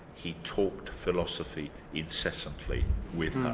he talked philosophy incessantly with